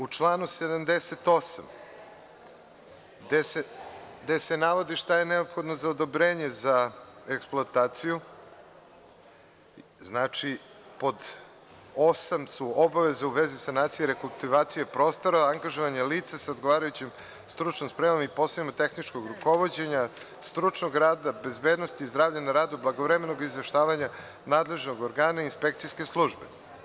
U članu 78, gde se navodi šta je neophodno za odobrenje za eksploataciju, pod 8) su obaveze u vezi sanacije rekultivacije prostora, angažovanja lica sa odgovarajućom stručnom spremom i poslovima tehničkog rukovođenja, stručnog rada, bezbednosti i zdravlja na radu, blagovremenog izveštavanja nadležnog organa i inspekcijske službe.